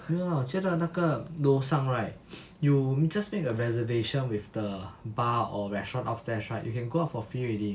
no lah 觉得那个楼上 right 有 mean just make a reservation with the bar or restaurant upstairs right you can go out for free already